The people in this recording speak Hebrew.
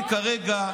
אני אומר את העובדות.